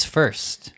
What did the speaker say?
First